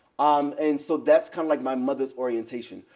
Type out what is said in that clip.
um and so that's kind of like my mother's orientation.